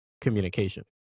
communication